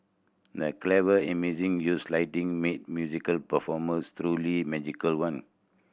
the clever amazing use of lighting made musical performance truly magical one